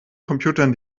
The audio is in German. computern